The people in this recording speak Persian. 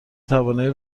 توانایی